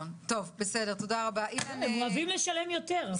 הם אוהבים לשלם יותר.